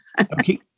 Okay